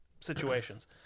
situations